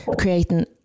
creating